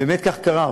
באמת כך קרה.